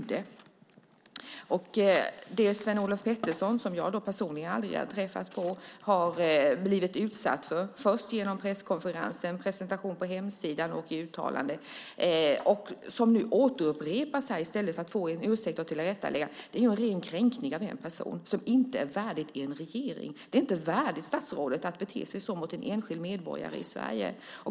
Det som Lars-Olof Petterson, som jag aldrig har träffat, har blivit utsatt för genom presskonferensen, presentation på hemsidan och uttalanden som upprepas här, i stället för att man gör ett tillrättaläggande och ber om ursäkt, är ren kränkning av en person. Det är inte värdigt en regering. Det är inte värdigt statsrådet att bete sig så mot en enskild medborgare i Sverige.